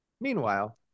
Meanwhile